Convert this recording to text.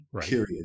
period